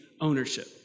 ownership